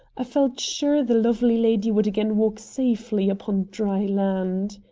i felt sure the lovely lady would again walk safely upon dry land.